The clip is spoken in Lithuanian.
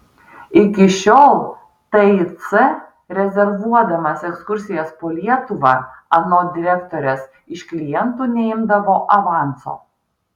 iki šiol tic rezervuodamas ekskursijas po lietuvą anot direktorės iš klientų neimdavo avanso